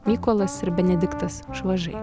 mykolas ir benediktas švažai